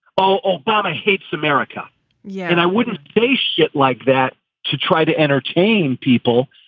oh, obama hates america yeah. and i wouldn't say shit like that to try to entertain people.